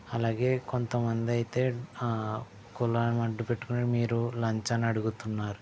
అలాగే కొంతమంది అయితే ఆ కులాన్ని అడ్డుపెట్టుకుని మీరు లంచాన్ని అడుగుతున్నారు